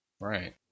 Right